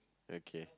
okay